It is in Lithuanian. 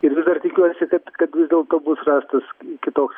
ir vis dar tikiuosi kad kad vis dėl to bus rastas kitoks